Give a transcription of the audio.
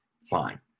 fine